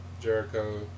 Jericho